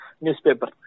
newspaper